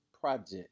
project